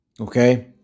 okay